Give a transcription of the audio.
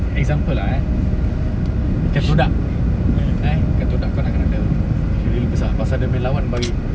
example lah eh ikan todak ikan todak kan ada gerigi besar pasal dia boleh lawan balik